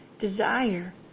desire